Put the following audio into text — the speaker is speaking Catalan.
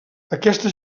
aquesta